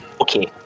Okay